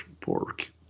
pork